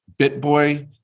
Bitboy